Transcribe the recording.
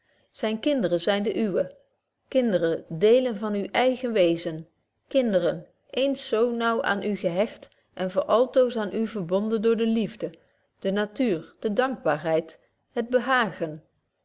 zyne kinderen zyn de uwe kinderen deelen van uw eigen wezen kinderen eens zo naauw aan u gehecht en voor altoos aan uverbonden door de liefde de natuur de dankbaarheid het behagen